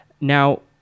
Now